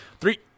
three